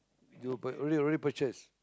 you pur~ already purchase